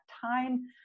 time